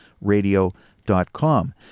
Radio.com